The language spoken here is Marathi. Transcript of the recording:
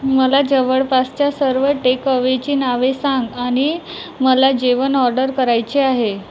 मला जवळपासच्या सर्व टेक अवेची नावे सांग आणि मला जेवण ऑर्डर करायचे आहे